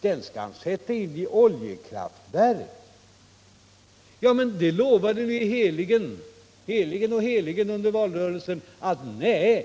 Den skall han sätta in i oljekraftverk. Men det lovade man heligt under valrörelsen att inte göra.